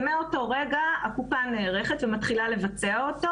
ומאותו רגע הקופה נערכת ומתחילה לבצע אותו,